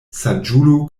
saĝulo